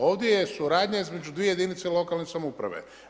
Ovdje je suradnja između dvije jedinice lokalne samouprave.